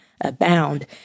abound